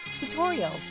tutorials